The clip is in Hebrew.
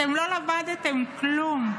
אתם לא למדתם כלום,